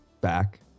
back